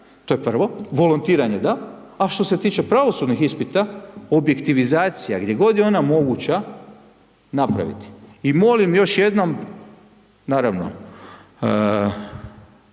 to je prvo. Volontiranje da, a što se tiče pravosudnih ispita, objektivizacija gdje god je ona moguća, napraviti. I molim još jednom, naravno,